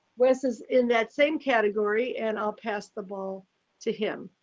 wes is in that same category and i'll pass the ball to him.